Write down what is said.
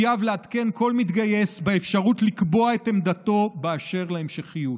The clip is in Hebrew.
יחויב לעדכן כל מתגייס באפשרות לקבוע את עמדתו באשר להמשכיות.